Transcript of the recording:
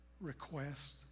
request